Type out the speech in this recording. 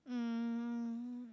um